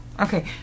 Okay